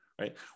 right